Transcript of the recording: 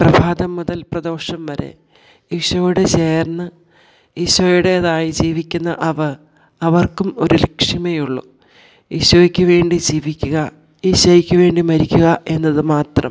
പ്രഭാതം മുതൽ പ്രദോഷം വരെ ഈശോയോട് ചേർന്നു ഈശോയുടേതായി ജീവിക്കുന്ന അവർ അവർക്കും ഒരു ലക്ഷ്യമേയുള്ളൂ ഈശോയ്ക്ക് വേണ്ടി ജീവിക്കുക ഈശോയ്ക്ക് വേണ്ടി മരിക്കുക എന്നത് മാത്രം